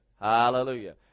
Hallelujah